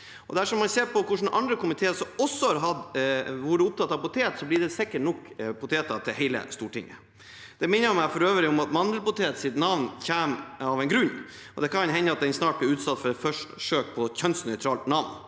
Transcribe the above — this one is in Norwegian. Dersom man ser på hvilke andre komiteer som også har vært opptatt av potet, blir det sikkert nok poteter til hele Stortinget. Det minner meg for øvrig om at mandelpoteten har fått sitt navn av en grunn, og det kan jo hende at den snart blir utsatt for et forsøk på å gi den et kjønnsnøytralt navn.